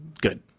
good